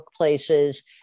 workplaces